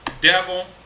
Devil